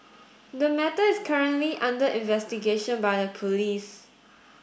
the matter is currently under investigation by the police